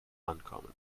ankommen